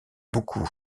beaucoup